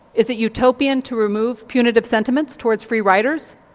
is it utopian to remove punitive sentiments towards free riders?